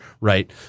right